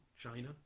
China